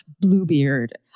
Bluebeard